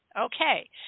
Okay